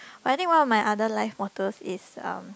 but I think one of my other life mottos is um